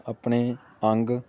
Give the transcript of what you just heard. ਆਪਣੇ ਅੰਗ